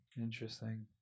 Interesting